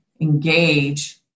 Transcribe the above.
engage